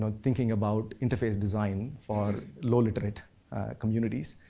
um thinking about interface design for low-literate communities.